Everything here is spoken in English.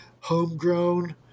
homegrown